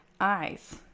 eyes